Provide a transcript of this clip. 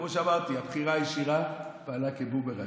כמו שאמרתי, הבחירה הישירה באה כבומרנג.